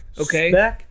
Okay